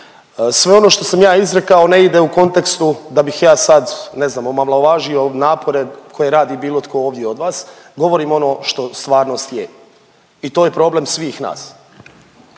Sve ono što sam ja izrekao ne ide u kontekstu da bih ja sad, ne znam omalovažio napore koje radi bilo tko ovdje od vas, govorim ono što stvarnost je i to je problem svih nas.